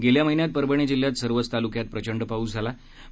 गेल्या महिन्यात परभणी जिल्ह्यात सर्वच तालुक्यात प्रचंड पाऊस झाला होता